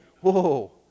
Whoa